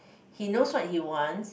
he knows what he wants